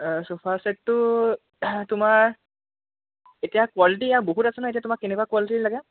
চোফাছেটটো তোমাৰ এতিয়া কোৱালিটি ইয়াৰ বহুত আছে নহয় এতিয়া তোমাক কেনেকুৱা কোৱালিটীৰ লাগে